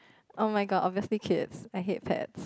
oh-my-god obviously kids I hate pet